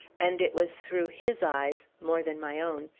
and it was through his eyes, more than my own,